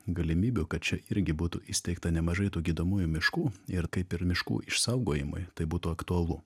galimybių kad čia irgi būtų įsteigta nemažai tų gydomųjų miškų ir kaip ir miškų išsaugojimui tai būtų aktualu